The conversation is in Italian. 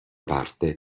parte